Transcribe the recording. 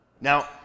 Now